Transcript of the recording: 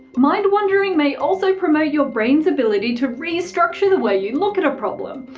mind wandering may also promote your brain's ability to restructure the way you look at a problem,